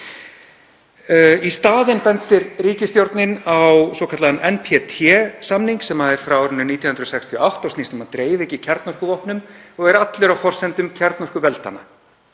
Í staðinn bendir ríkisstjórnin á svokallaðan NPT-samning, sem er frá árinu 1968 og snýst um að dreifa ekki kjarnorkuvopnum og er allur á forsendum kjarnorkuveldanna.